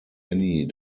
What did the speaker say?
annie